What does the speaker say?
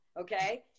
okay